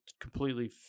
completely